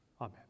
amen